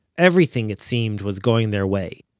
everything, it seemed, was going their way,